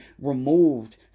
removed